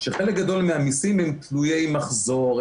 שחלק גדול מהמיסים הם תלויי מחזור,